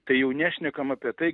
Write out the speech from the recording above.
tai jau nešnekam apie tai